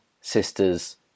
sisters